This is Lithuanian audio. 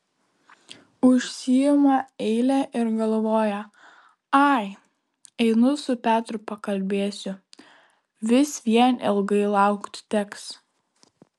užsiima eilę ir galvoja ai einu su petru pakalbėsiu vis vien ilgai laukti teks